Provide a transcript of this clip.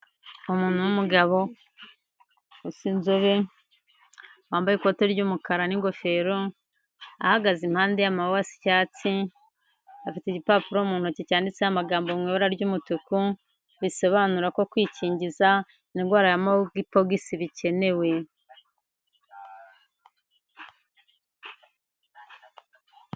Umuntu w'umugabo usa inzobe wambaye ikoti ry'umukara n'ingofero, ahagaze impande y'amabababi y'icyatsi afite igipapuro mu ntoki cyanditseho amagambo mu i ibara ry'umutuku, bisobanura ko kwikingiza indwara ya manki pogisibikenewe.